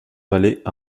valait